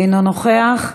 אינו נוכח.